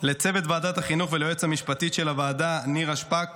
לצוות ועדת החינוך וליועצת המשפטית של הוועדה נירה שפק